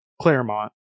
Claremont